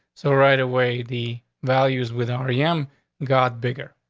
so right away the values with r e. m got bigger.